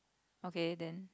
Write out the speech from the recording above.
okay then